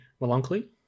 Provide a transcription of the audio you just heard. melancholy